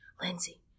Lindsay